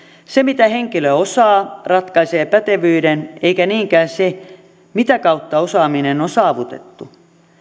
se mitä henkilö osaa ratkaisee pätevyyden eikä niinkään se mitä kautta osaaminen on saavutettu